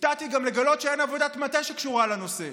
הופתעתי גם לגלות שאין עבודת מטה שקשורה לנושא.